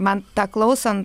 man tą klausant